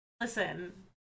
Listen